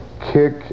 kick